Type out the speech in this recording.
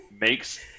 makes